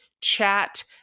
chat